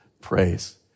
praise